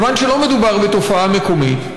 כיוון שלא מדובר בתופעה מקומית,